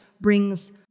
brings